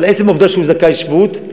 אבל עצם העובדה שהוא זכאי שבות,